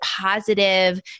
positive